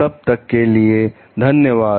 तब तक के लिए धन्यवाद